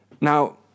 Now